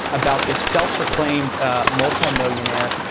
about this self-proclaimed multimillionaire,